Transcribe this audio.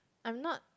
I'm not